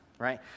Right